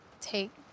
take